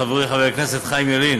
חברי חבר הכנסת חיים ילין,